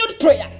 prayer